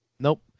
Nope